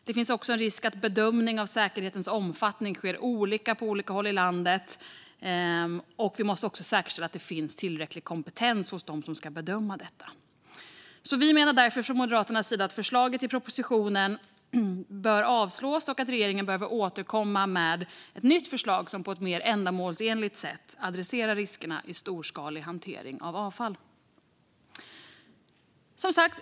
Det finns också en risk att bedömning av säkerhetens omfattning sker på olika sätt på olika håll i landet, och vi måste säkerställa att det finns tillräcklig kompetens hos dem som ska bedöma det hela. Vi menar därför från Moderaternas sida att förslaget i propositionen bör avslås och att regeringen behöver återkomma med ett nytt förslag, som på ett mer ändamålsenligt sätt adresserar riskerna i storskalig hantering av avfall.